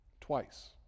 twice